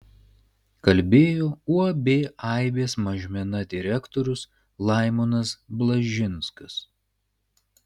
kalbėjo uab aibės mažmena direktorius laimonas blažinskas